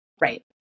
right